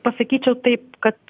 pasakyčiau taip kad